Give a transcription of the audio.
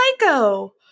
psycho